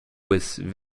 with